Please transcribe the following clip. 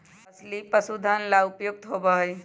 अलसी पशुधन ला उपयुक्त होबा हई